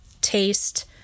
taste